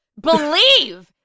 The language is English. believe